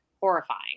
horrifying